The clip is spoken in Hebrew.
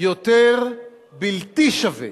יותר בלתי שווה